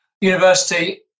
university